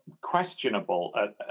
questionable